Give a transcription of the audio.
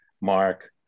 mark